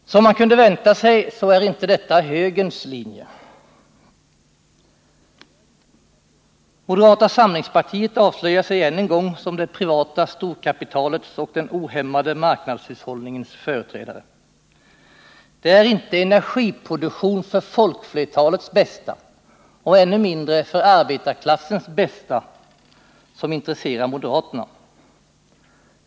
Som man kunde vänta sig, är inte detta högerns linje. Moderata samlingspartiet avslöjar sig än en gång som det privata storkapitalets och den ohämmade marknadshushållningens företrädare. Det är inte energiproduktion för folkflertalets bästa, och ännu mindre för arbetarklassens bästa, som intresserar moderaterna.